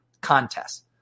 contests